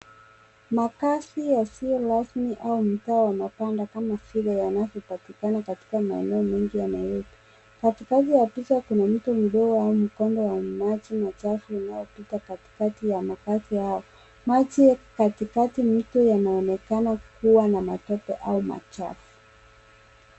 Makazi yasioyo rasmi au mtaa wa mabanda kama vile yanayopatikana katika meneo mengi ya Nairobi. Katikati ya picha kuna mto mdogo au mkondo wa maji machafu yanayopita katikati ya makazi haya. Maji katikati ya mto yanaonekana kuwa ya matope au maji machafu.